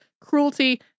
cruelty